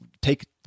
Take